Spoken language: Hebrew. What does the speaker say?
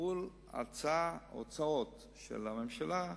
מול הוצאה, או הוצאות, של הממשלה,